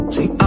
See